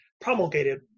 promulgated